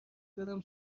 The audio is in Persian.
زدم